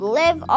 live